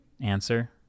answer